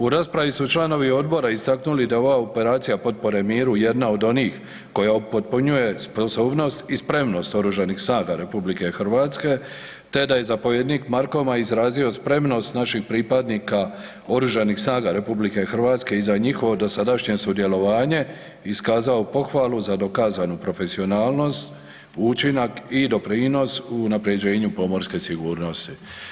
U raspravi su članovi odbora istaknuli da ova operacija potpore miru jedna od onih koja upotpunjuje sposobnost i spremnost Oružanih snaga RH te da je zapovjednik Markoma izrazio spremnost naših pripadnika Oružanih snaga RH i za njihovo dosadašnje sudjelovanje iskazao pohvalu za dokazanu profesionalnost, učinak i doprinos u unapređenju pomorske sigurnosti.